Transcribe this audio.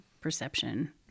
perception